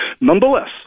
Nonetheless